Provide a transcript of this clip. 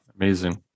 Amazing